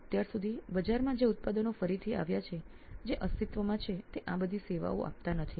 તો અત્યાર સુધી બજારમાં જે ઉત્પાદનો ફરીથી આવ્યા છે જે અસ્તિત્વમાં છે તે આ બધી સેવાઓ આપતા નથી